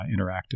interactive